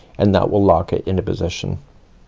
and that will lock it into position.